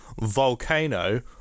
volcano